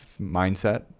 mindset